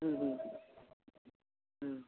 হুম হুম হুম